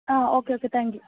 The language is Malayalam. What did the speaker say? ആ ഓക്കെ ഓക്കെ താങ്ക് യൂ